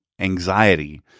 anxiety